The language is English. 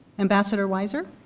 ambassador wiser,